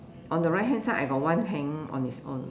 on the right hand side I got one hanging on its own